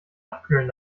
abkühlen